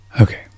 Okay